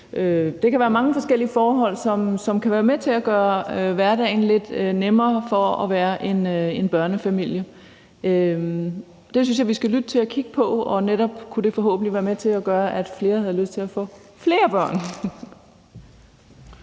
Det kan være mange forskellige forhold, som kan være med til at gøre hverdagen lidt nemmere i forhold til at være en børnefamilie. Det synes jeg vi skal lytte til og kigge på, og forhåbentlig kunne det netop være med til at gøre, at flere havde lyst til at få flere børn.